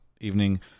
evening